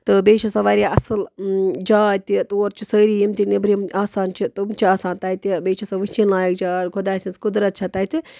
تہٕ بیٚیہِ چھِ سۄ واریاہ اَصٕل جاے تہِ تور چھِ سٲری یِم تہِ نیٚبرِم آسان چھِ تِم چھِ آسان تَتہِ بیٚیہِ چھِ سۄ وٕچھِنۍ لایِق جاے خۄداے سٕنٛز قُدرَت چھے تَتہِ